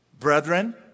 Brethren